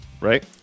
right